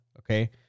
okay